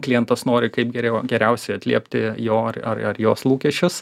klientas nori kaip geriau geriausiai atliepti jo ar ar ar jos lūkesčius